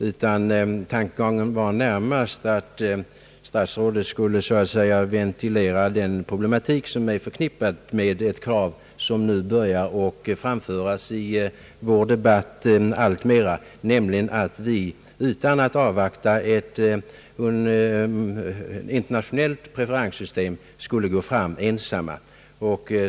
Min tanke var närmast att statsrådet skulle så att säga ventilera den problematik som är förknippad med det krav som nu alltmera börjar framföras i vår debatt, nämligen att vi utan att avvakta ett internationellt preferenssystem skall gå fram ensamma.